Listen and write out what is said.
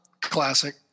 Classic